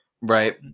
Right